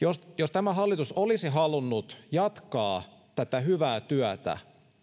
jos jos tämä hallitus olisi halunnut jatkaa tätä hyvää työtä